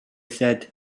said